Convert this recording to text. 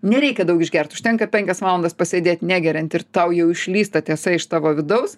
nereikia daug išgert užtenka penkias valandas pasėdėt negeriant ir tau jau išlįs ta tiesa iš tavo vidaus